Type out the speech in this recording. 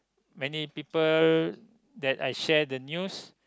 many people that I share the news